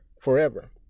forever